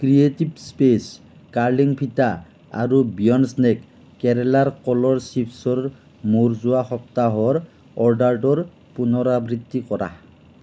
creative specs curling ফিটা আৰু Beyond Snack কেৰেলাৰ কলৰ চিপ্ছৰ মোৰ যোৱা সপ্তাহৰ অৰ্ডাৰটোৰ পুনৰাবৃত্তি কৰা